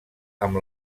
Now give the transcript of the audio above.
amb